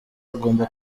agomba